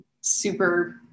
super